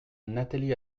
nathalie